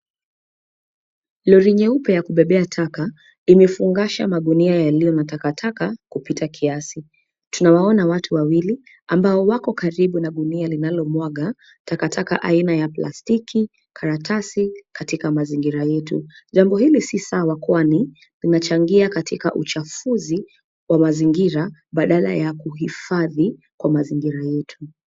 Lori nyeupe ya kubebea taka imefungasha magunia yaliyo na takataka kupita kiasi. Tunawaona watu wawili ambao wako karibu na gunia linalomwaga takataka aina ya plastiki, karatasi, katika mazingira yetu. Jambo hili si sawa kwani inachangia katika uchafuzi wa mazingira badala ya uhifadhi wa mazingira yetu.